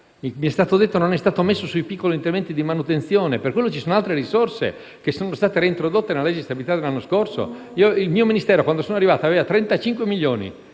sono state stanziate per i piccoli interventi di manutenzione, ma per questo settore ci sono altre risorse, che sono state reintrodotte nella legge di stabilità dell'anno scorso. Il mio Ministero, quando sono arrivato, aveva 35 milioni